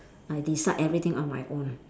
I decide everything on my own